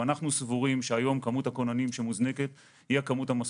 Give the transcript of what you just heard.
ואנחנו סבורים שהיום כמות הכוננים שמוזנקת היא הכמות המספיקה.